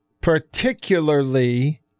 particularly